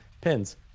pins